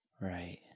Right